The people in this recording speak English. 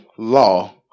law